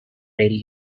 rail